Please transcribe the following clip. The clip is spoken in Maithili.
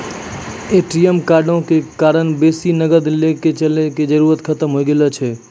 ए.टी.एम कार्डो के कारण बेसी नगद लैके चलै के जरुरत खतम होय गेलो छै